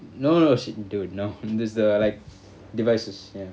no no dude no this the like device s~ ya